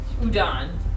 Udon